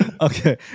Okay